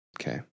Okay